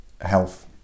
health